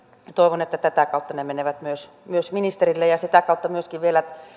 toivon että tätä kautta ne menevät myös myös ministerille ja sitä kautta myöskin vielä